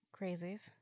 Crazies